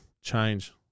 change